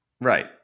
Right